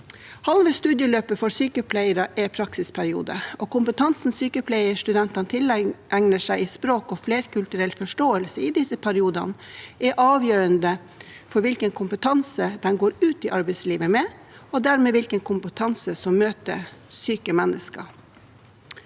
Halve studieløpet for sykepleiere er praksisperiode, og kompetansen sykepleierstudentene tilegner seg i språk og flerkulturell forståelse i disse periodene, er avgjørende for hvilken kompetanse de går ut i arbeidslivet med, og dermed hvilken kompetanse som møter syke mennesker.